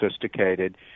sophisticated